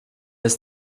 ist